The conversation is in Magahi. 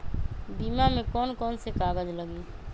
बीमा में कौन कौन से कागज लगी?